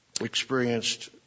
experienced